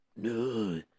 No